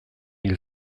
hil